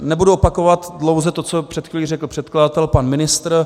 Nebudu opakovat dlouze to, co před chvílí řekl předkladatel, pan ministr.